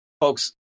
folks